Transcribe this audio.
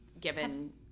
given